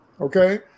Okay